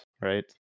right